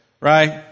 right